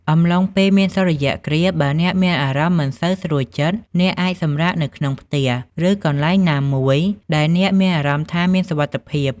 អំឡុងពេលមានសូរ្យគ្រាស បើអ្នកមានអារម្មណ៍មិនសូវស្រួលចិត្ត អ្នកអាចសម្រាកនៅក្នុងផ្ទះ ឬកន្លែងណាមួយដែលអ្នកមានអារម្មណ៍ថាមានសុវត្ថិភាព ។